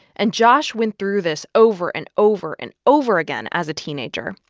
and josh went through this over and over and over again as a teenager,